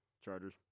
Chargers